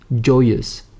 joyous